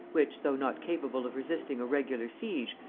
which, though not capable of resisting a regular siege,